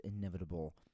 inevitable